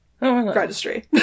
registry